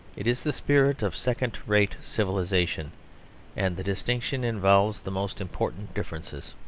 it is the spirit of second-rate civilisation and the distinction involves the most important differences.